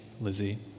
Lizzie